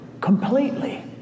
completely